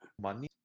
money